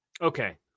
Okay